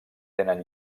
tenen